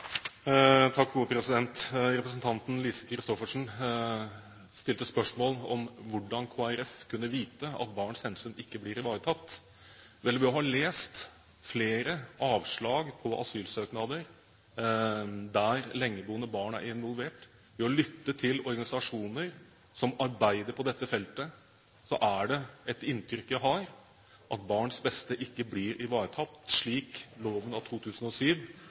Lise Christoffersen stilte spørsmål om hvordan Kristelig Folkeparti kunne vite at barns hensyn ikke blir ivaretatt. Vel, ved å ha lest flere avslag på asylsøknader der lengeboende barn er involvert, og ved å lytte til organisasjoner som arbeider på dette feltet, er det inntrykket jeg har, at barns beste ikke blir ivaretatt, slik loven av 2007